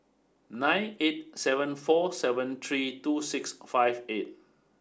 nine eight seven four seven three two six five eight